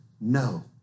no